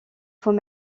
faut